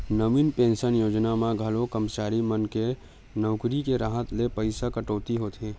नवीन pension योजना म घलो करमचारी मन के नउकरी के राहत ले पइसा कटउती होथे